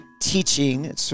teaching